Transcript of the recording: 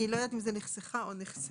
אני לא יודעת אם זה נחסכה או נחסרה,